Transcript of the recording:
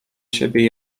siebie